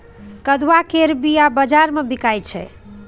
कदुआ केर बीया बजार मे बिकाइ छै